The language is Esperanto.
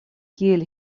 kiel